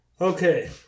Okay